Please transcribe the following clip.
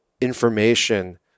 information